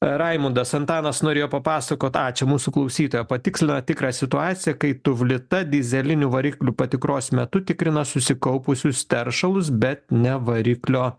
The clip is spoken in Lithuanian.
raimundas antanas norėjo papasakot a čia mūsų klausytoja patikslino tikrą situaciją kai tuvlita dyzelinių variklių patikros metu tikrina susikaupusius teršalus bet ne variklio